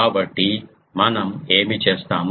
కాబట్టి మనం ఏమి చేస్తాము